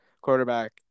quarterback